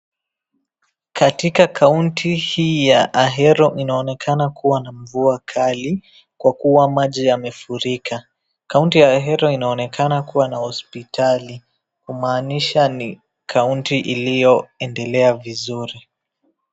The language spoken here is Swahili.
Katika kaunti hii ya Ahero inaonekana kuwa na mvua kali, kwa kuwa maji yamefurika. Kaunti ya Ahero inaonekana kuwa na hospitali, kumaanisha ni kaunti iliyoendelea vizuri.